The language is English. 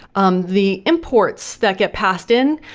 um the imports that get passed in,